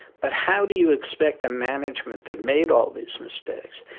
but how do you expect a management that made all these mistakes,